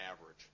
average